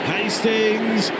Hastings